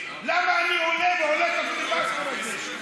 למה אני עולה ועולה בפיליבסטר הזה.